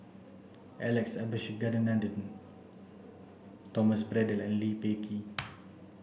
Alex Abisheganaden Thomas Braddell and Lee Peh Gee